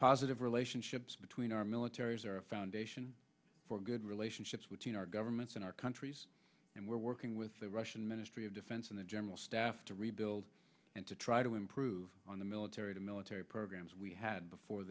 positive relationships between our militaries are a foundation for good relationships with our governments in our countries and we're working with the russian ministry of defense and the general staff to rebuild and to try to improve on the military to military programs we had before